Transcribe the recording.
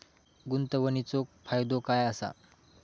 गुंतवणीचो फायदो काय असा?